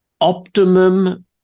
optimum